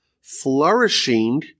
flourishing